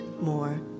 more